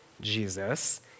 Jesus